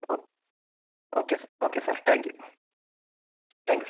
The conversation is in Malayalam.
അപ്പോൾ okay sir okay sir thank you thank you